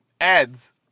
ads